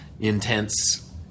intense